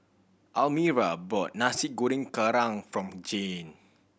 Almira bought Nasi Goreng Kerang from Jayne